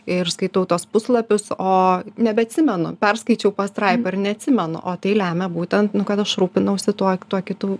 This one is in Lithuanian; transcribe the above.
ir skaitau tuos puslapius o nebeatsimenu perskaičiau pastraipą ir neatsimenu o tai lemia būtent nu kad aš rūpinausi tuo tuo kitu